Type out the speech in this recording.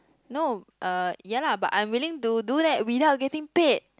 no uh ya lah but I'm willing to do that without getting paid